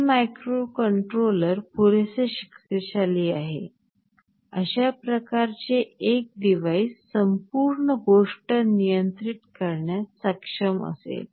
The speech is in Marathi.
हे मायक्रोकंट्रोलर पुरेसे शक्तीशाली आहेत अशा प्रकारचे एक डिव्हाइस संपूर्ण गोष्ट नियंत्रित करण्यास सक्षम असेल